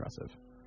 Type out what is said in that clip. impressive